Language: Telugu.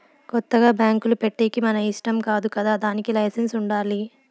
కొత్తగా బ్యాంకులు పెట్టేకి మన ఇష్టం కాదు కదా దానికి లైసెన్స్ ఉండాలి